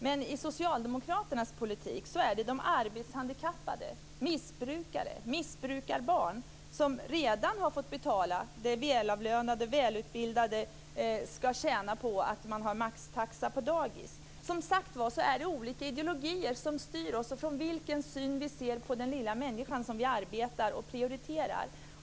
Men i socialdemokraternas politik är det de arbetshandikappade, missbrukare och barn till missbrukare, som redan har fått betala det välavlönade och välutbildade ska tjäna på att man har maxtaxa på dagis. Som sagt var är det olika ideologier som styr oss och det sätt vi ser på den lilla människan som vi arbetar för och prioriterar.